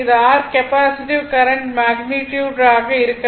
இது r capacitive current magnitude ஆக இருக்கும்